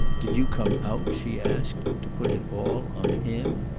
did you come out, she asked, to put it all on him?